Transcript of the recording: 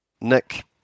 Nick